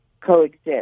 coexist